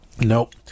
Nope